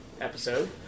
episode